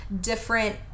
different